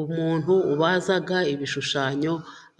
Umuntu ubaza ibishushanyo